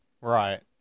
Right